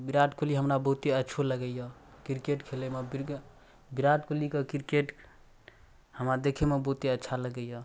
आओर विराट कोहली हमरा बहुते अच्छो लगैए किरकेट खेलैमे विर विराट कोहलीके किरकेट हमरा देखैमे बहुते अच्छा लगैए